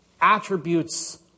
attributes